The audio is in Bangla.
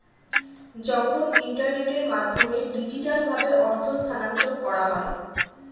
যখন ইন্টারনেটের মাধ্যমে ডিজিটালভাবে অর্থ স্থানান্তর করা হয়